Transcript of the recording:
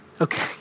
okay